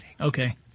Okay